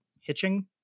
hitching